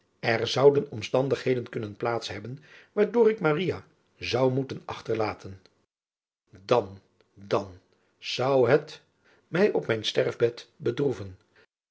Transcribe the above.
er zouden omstandigheden kunnen plaats hebben waardoor ik zou moeten achterlaten an dan zou het mij op mijn sterfbed bedroeven